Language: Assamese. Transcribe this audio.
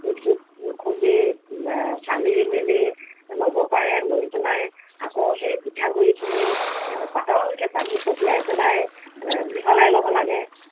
মিক্সিত খুন্দি চালি মেলি ল'ব পাৰে লৈ পেলাই আকৌ সেই পিঠাগুড়িখিনি পাতলকৈ পানী ছটিয়াই পেলাই মিহলাই ল'ব লাগে